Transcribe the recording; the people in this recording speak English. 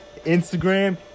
Instagram